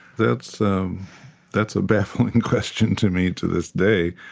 that's um that's a baffling question, to me, to this day.